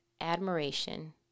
admiration